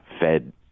Fed